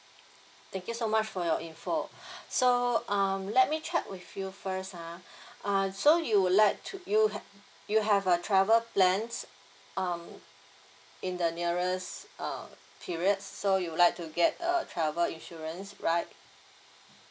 thank you so much for your info so um let me check with you first ha uh so you would like to you have you have a travel plans um in the nearest uh period so you'd like to get a travel insurance right